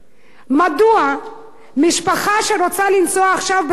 מדוע משפחה שרוצה לנסוע עכשיו, בשיא הקיץ,